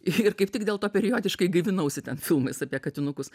ir kaip tik dėl to periodiškai gaivinausi ten filmais apie katinukus